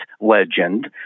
legend